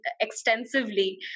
extensively